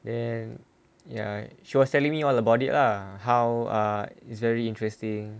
then ya she was telling me all about it lah how ah it's very interesting